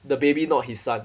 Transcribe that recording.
the baby not his son